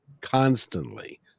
constantly